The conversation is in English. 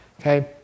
Okay